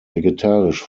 vegetarisch